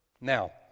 Now